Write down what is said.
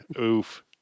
Oof